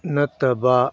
ꯅꯠꯇꯕ